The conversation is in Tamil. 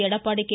எடப்பாடி கே